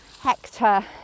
Hector